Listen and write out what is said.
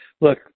look